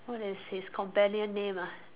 what is his companion name ah